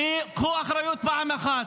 קחו אחריות פעם אחת.